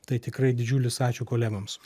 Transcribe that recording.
tai tikrai didžiulis ačiū kolegoms